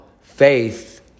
faith